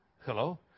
Hello